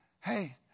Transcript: Hey